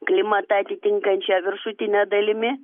klimatą atitinkančia viršutine dalimi